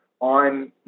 on